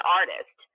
artist –